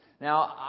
Now